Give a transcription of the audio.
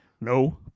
No